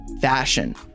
fashion